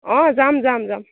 অ যাম যাম যাম